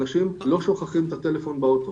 אנשים לא שוכחים את הטלפון באוטו,